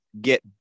get